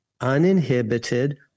uninhibited